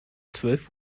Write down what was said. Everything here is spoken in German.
zwölf